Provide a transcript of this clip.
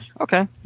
Okay